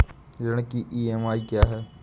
ऋण की ई.एम.आई क्या है?